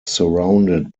surrounded